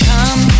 Come